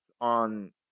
on